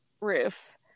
roof